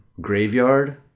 graveyard